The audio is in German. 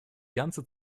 ganze